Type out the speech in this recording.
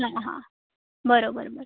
नाही हां बरं बरं बरं